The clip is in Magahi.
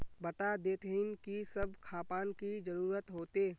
बता देतहिन की सब खापान की जरूरत होते?